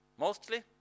Mostly